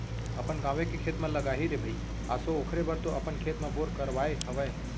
अपन गाँवे के खेत म लगाही रे भई आसो ओखरे बर तो अपन खेत म बोर करवाय हवय